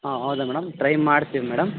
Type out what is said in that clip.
ಆಂ ಹೌದಾ madam try ಮಾಡ್ತೀವಿ madam